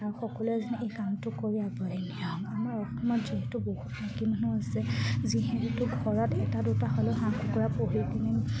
আৰু সকলোৱে যেনে এই কামটো কৰি আগবাঢ়ি নিয়ক আমাৰ অসমত যিহেতু বহুত বাকী মানুহ আছে যিহেতু ঘৰত এটা দুটা হ'লেও হাঁহ কুকুৰা পুহি পিনে